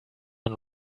man